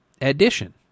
addition